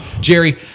Jerry